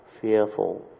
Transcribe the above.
fearful